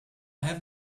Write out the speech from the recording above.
have